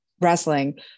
wrestling